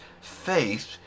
Faith